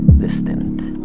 this didn't.